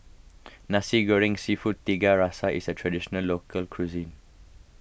Nasi Goreng Seafood Tiga Rasa is a Traditional Local Cuisine